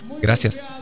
Gracias